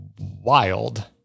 wild